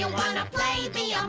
ah wanna play be um